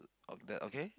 the okay